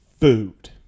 food